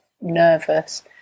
nervous